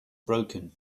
broken